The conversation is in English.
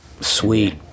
Sweet